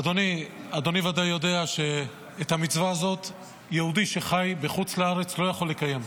אדוני ודאי יודע שאת המצווה הזאת יהודי שחי בחוץ לארץ לא יכול לקיים.